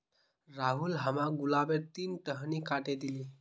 राहुल हमाक गुलाबेर तीन टहनी काटे दिले